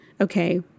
okay